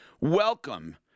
Welcome